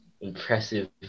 Impressive